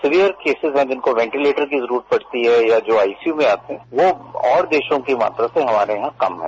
severe cases हैजिनको ventilator की जरूरत पड़ती है या जो आईसीयू में आते है वो और देशों के मुकाबलेयहां कम है